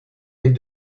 les